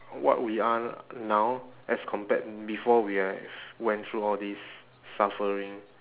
what we are now as compared before we have went through all these suffering